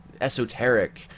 esoteric